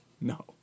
No